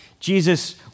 Jesus